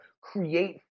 create